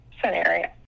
scenario